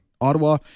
ottawa